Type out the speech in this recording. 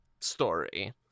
story